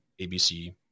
ABC